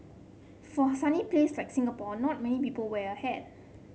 for a sunny place like Singapore not many people wear a hat